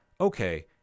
okay